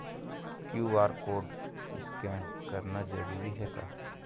QR code scan करना जरूरी हे का?